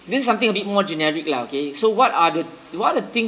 this is something a bit more generic lah okay so what are the what are the things